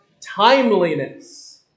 timeliness